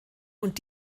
und